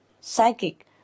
psychic